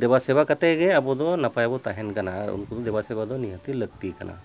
ᱫᱮᱵᱟ ᱥᱮᱵᱟ ᱠᱟᱛᱮᱜᱮ ᱟᱵᱚᱫᱚ ᱱᱟᱯᱟᱭ ᱵᱚᱱ ᱛᱟᱦᱮᱱ ᱠᱟᱱᱟ ᱟᱨ ᱩᱱᱠᱩ ᱫᱚ ᱫᱮᱵᱟ ᱥᱮᱵᱟ ᱫᱚ ᱱᱤᱦᱟᱹᱛᱤ ᱞᱟᱹᱠᱛᱤ ᱠᱟᱱᱟ